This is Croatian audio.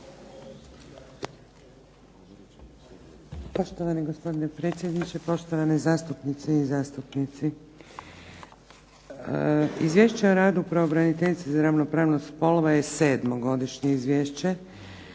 Poštovani gospodine predsjedniče, poštovane zastupnice i zastupnici. Izvješće o radu Pravobraniteljice za ravnopravnost spolova je 7. godišnje izvješće